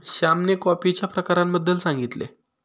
श्यामने कॉफीच्या प्रकारांबद्दल सांगितले